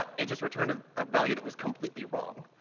ah it just returned a ah value that was completely wrong.